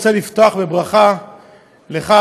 אני רוצה לפתוח בברכה לך,